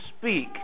speak